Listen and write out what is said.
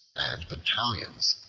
and battalions.